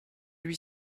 huit